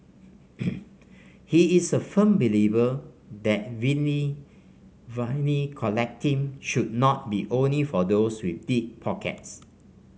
he is a firm believer that vinyl collecting should not be only for those with deep pockets